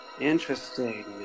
Interesting